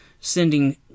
sending